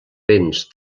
béns